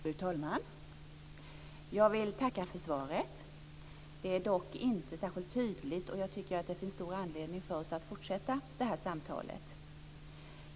Fru talman! Jag vill tacka för svaret. Det är dock inte särskilt tydligt och jag tycker att det finns stor anledning för oss att fortsätta det här samtalet.